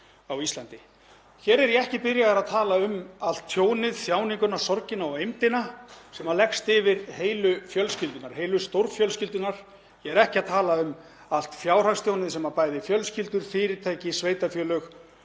Hér er ég ekki byrjaður að tala um allt tjónið, þjáninguna, sorgina, eymdina sem leggst yfir heilu fjölskyldurnar, heilu stórfjölskyldurnar, ég er ekki að tala um allt fjárhagstjónið sem bæði fjölskyldur, fyrirtæki, sveitarfélög